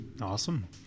Awesome